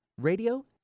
radio